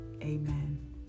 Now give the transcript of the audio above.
amen